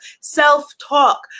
Self-talk